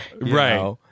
Right